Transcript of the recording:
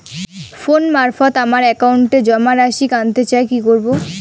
Phone মারফত আমার একাউন্টে জমা রাশি কান্তে চাই কি করবো?